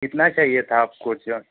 कितना चाहिए था आपको च